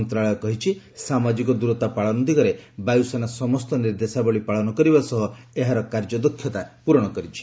ମନ୍ତାଳୟ କହିଛି ସାମାଜିକ ଦୂରତା ପାଳନ ଦିଗରେ ବାୟୁସେନା ସମସ୍ତ ନିର୍ଦ୍ଦେଶାବଳୀ ପାଳନ କରିବା ସହ ଏହାର କାର୍ଯ୍ୟଦକ୍ଷତା ପ୍ରରଣ କରିଛି